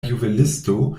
juvelisto